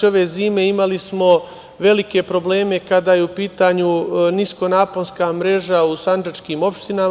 Ove zime imali smo velike probleme kada je u pitanju niskonaponska mreža u sandžačkim opštinama.